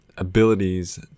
abilities